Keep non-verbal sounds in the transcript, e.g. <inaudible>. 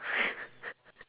<laughs>